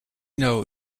know